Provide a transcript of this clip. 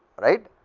right,